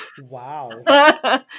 Wow